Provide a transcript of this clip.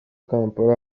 kampala